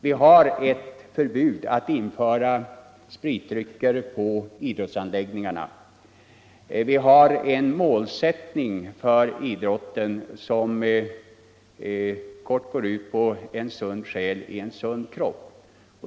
Det finns ett förbud mot att införa alkoholdrycker på idrottsanläggningarna, och vi har en målsättning för idrotten som går ut på att skapa en sund själ i en sund kropp.